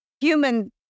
human